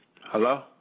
Hello